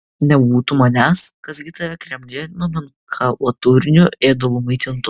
nebūtų manęs kas gi tave kremliuje nomenklatūriniu ėdalu maitintų